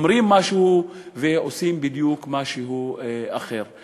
אומרים משהו ועושים משהו בדיוק אחר.